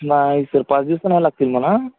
नाही सर पाच दिवस तर नाही लागतील मला